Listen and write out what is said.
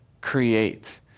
create